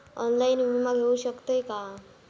Online विमा घेऊ शकतय का?